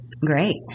Great